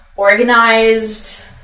organized